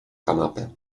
kanapę